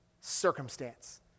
circumstance